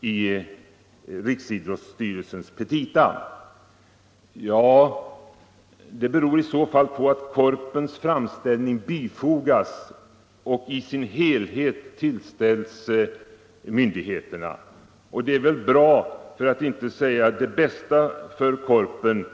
i Riksidrottsstyrelsens petita. Det beror i så fall på att Korpens framställning i sin helhet tillställts myndigheterna. Detta tillvägagångssätt är väl det bästa för Korpen.